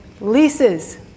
leases